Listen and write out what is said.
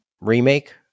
remake